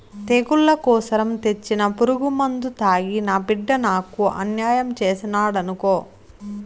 తెగుళ్ల కోసరం తెచ్చిన పురుగుమందు తాగి నా బిడ్డ నాకు అన్యాయం చేసినాడనుకో